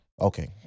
Okay